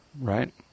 right